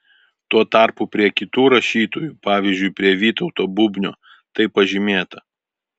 tuo tarpu prie kitų rašytojų pavyzdžiui prie vytauto bubnio tai pažymėta